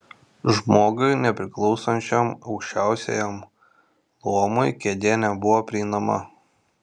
žmogui nepriklausančiam aukščiausiajam luomui kėdė nebuvo prieinama